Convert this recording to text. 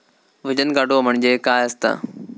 वजन काटो म्हणजे काय असता?